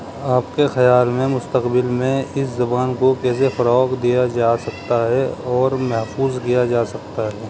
آپ کے خیال میں مستقبل میں اس زبان کو کیسے فروغ دیا جا سکتا ہے اور محفوظ کیا جا سکتا ہے